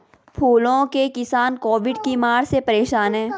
फूलों के किसान कोविड की मार से परेशान है